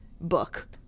book